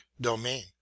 domain